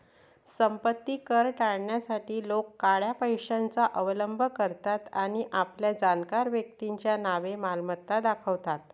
संपत्ती कर टाळण्यासाठी लोक काळ्या पैशाचा अवलंब करतात आणि आपल्या जाणकार व्यक्तीच्या नावे मालमत्ता दाखवतात